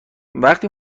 وقتی